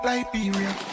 Liberia